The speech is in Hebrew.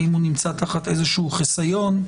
האם הוא נמצא תחת איזשהו חיסיון?